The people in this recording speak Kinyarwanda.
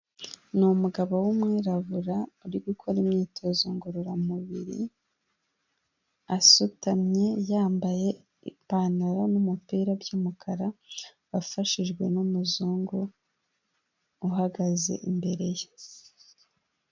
Ni umugabo w'umwirabura uri gukora imyitozo ngororamubiri asutamye, yambaye ipantaro n'umupira by'umukara afashijwe n'umuzungu uhagaze imbere ye.